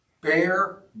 bear